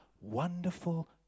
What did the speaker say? wonderful